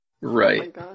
Right